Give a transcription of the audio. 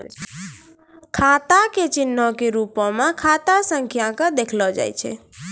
खाता के चिन्हो के रुपो मे खाता संख्या के देखलो जाय छै